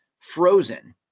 frozen